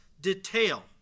detail